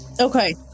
Okay